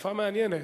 החלפה מעניינת,